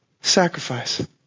Sacrifice